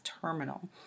terminal